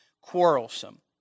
quarrelsome